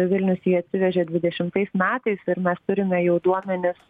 vilnius jį atsivežė dvidešimtais metais ir mes turime jau duomenis